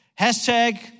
Hashtag